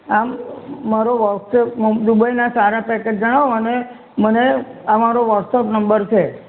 આ મારો વોટસએપ દુબઈના સારા પેકેજ જણાવો અને મને આ મારો વોટસએપ નંબર છે